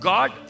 God